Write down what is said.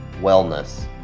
wellness